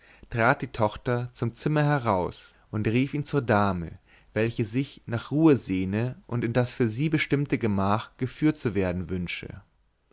trat die tochter zum zimmer heraus und rief ihn zur dame welche sich nach ruhe sehne und in das für sie bestimmte gemach geführt zu werden wünsche